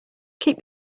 keep